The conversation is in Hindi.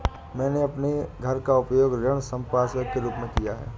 मैंने अपने घर का उपयोग ऋण संपार्श्विक के रूप में किया है